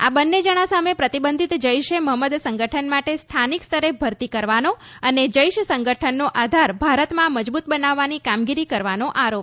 આ બંને જણા સામે પ્રતિબંધીત જૈશ એ મહંમદ સંગઠન માટે સ્થાનિક સ્તરે ભરતી કરવાનો અને જૈશ સંગઠનનો આધાર ભારતમાં મજબૂત બનાવવાની કામગીરી કરવાનો આરોપ છે